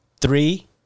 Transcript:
Three